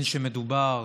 בין שמדובר